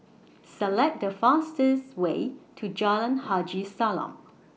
Select The fastest Way to Jalan Haji Salam